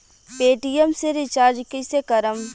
Paytm से recharge कईसे करम?